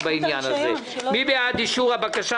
מי בעד אישור הבקשה